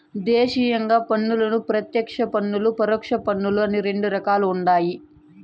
దేశీయంగా పన్నులను ప్రత్యేక పన్నులు, పరోక్ష పన్నులని రెండు రకాలుండాయి